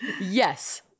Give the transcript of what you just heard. Yes